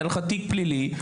אין לו תיק פלילי,